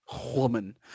Woman